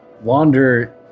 Wander